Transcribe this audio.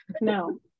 No